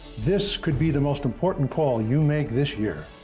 this could be the most important call you make this year.